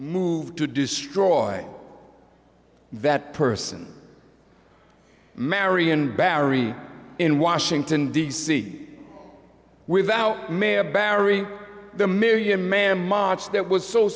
moved to destroy that person marion barry in washington d c with mayor barry the million man march that was so